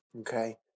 Okay